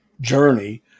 journey